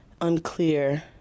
unclear